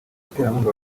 abaterankunga